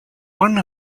one